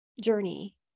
journey